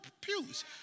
pews